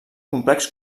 complex